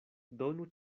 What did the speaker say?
donu